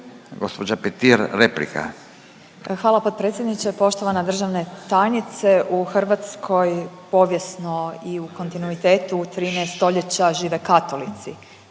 Hvala potpredsjedniče. Poštovan državna tajnice. U hrvatskoj povijesno i u kontinuitetu 13 stoljeća žive katolici,